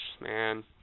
man